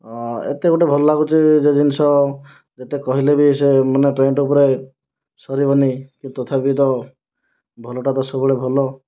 ଏତେ ଗୁଡ଼ିଏ ଭଲ ଲାଗୁଛି ନିଜ ଜିନିଷ ଯେତେ କହିଲେ ବି ସେ ମାନେ ପ୍ୟାଣ୍ଟ ଉପରେ ସରିବନି କିନ୍ତୁ ତଥାପି ବି ତ ଭଲଟା ତ ସବୁବେଳେ ଭଲ